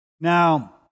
Now